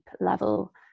level